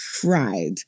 cried